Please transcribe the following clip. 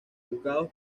juzgados